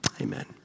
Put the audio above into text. Amen